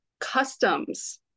customs